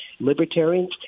Libertarians